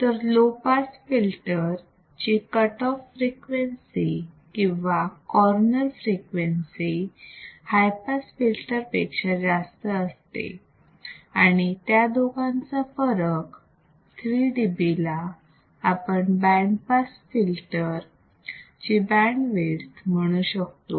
तर low pass filter ची cut off किंवा corner frequency high pass filter पेक्षा जास्त असते आणि त्या दोघांचा फरक 3dB ला आपण बँड पास फिल्टर ची बँडविथ म्हणू शकतो